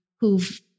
who've